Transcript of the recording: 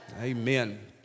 amen